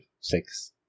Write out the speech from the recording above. six